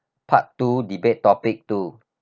part two debate topic two